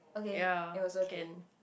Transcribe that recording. ya can